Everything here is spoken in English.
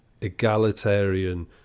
egalitarian